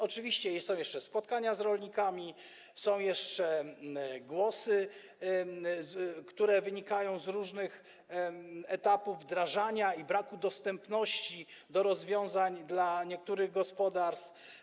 Oczywiście są jeszcze spotkania z rolnikami, są jeszcze głosy, które wynikają z różnych etapów wdrażania i braku dostępu do rozwiązań dla niektórych gospodarstw.